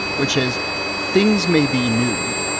which is things may be new,